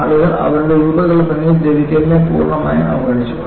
ആളുകൾ അവരുടെ രൂപകൽപ്പനയിൽ ദ്രവിക്കലിനെ പൂർണ്ണമായും അവഗണിച്ചു